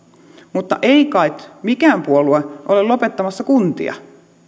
mutta ei kai mikään puolue ole lopettamassa kuntia